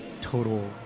total